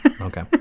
okay